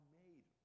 made